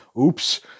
oops